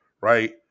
right